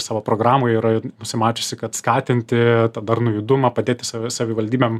savo programoj yra nusimačiusi kad skatinti darnų judumą padėti savi savivaldybėm